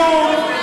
כלום.